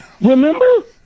Remember